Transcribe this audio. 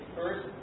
first